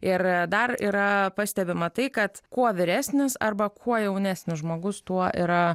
ir dar yra pastebima tai kad kuo vyresnis arba kuo jaunesnis žmogus tuo yra